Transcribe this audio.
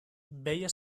veia